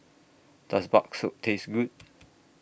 Does Bakso Taste Good